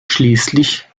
schließlich